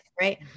right